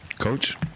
Coach